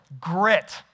grit